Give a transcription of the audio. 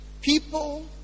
people